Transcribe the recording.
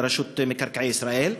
לרשות מקרקעי ישראל,